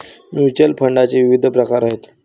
mutual फंडाचे विविध प्रकार आहेत